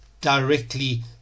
directly